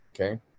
okay